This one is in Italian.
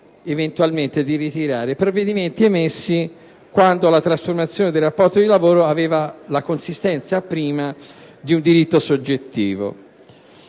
eventualmente di ritirare, provvedimenti emessi quando la trasformazione del rapporto di lavoro aveva la consistenza prima di un diritto soggettivo.